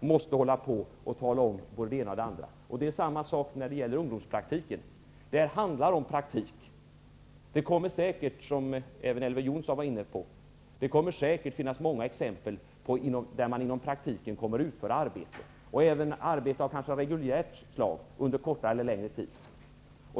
måste tala om både det ena och det andra. Detsamma gäller ungdomspraktiken. Det handlar om praktik. Det kommer säkert, som även Elver Jonsson var inne på, att finnas många exempel då arbete kommer att utföras inom praktiken, kanske även arbete av reguljärt slag under kortare eller längre tid.